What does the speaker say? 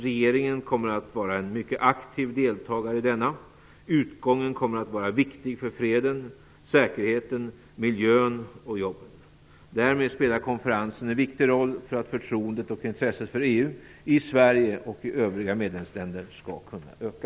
Regeringen kommer att vara en mycket aktiv deltagare i denna. Utgången kommer att vara viktig för freden, säkerheten, miljön och jobben. Därmed spelar konferensen en viktig roll för att förtroendet och intresset för EU i Sverige och i övriga medlemsländer skall kunna öka.